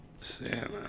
Santa